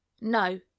No